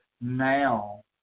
now